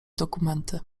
dokumenty